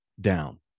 down